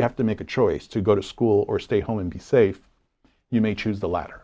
you have to make a choice to go to school or stay home and be safe you may choose the latter